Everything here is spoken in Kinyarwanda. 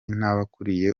n’abakuriye